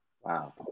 wow